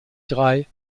drei